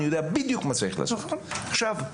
עכשיו,